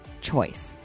choice